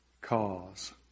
cause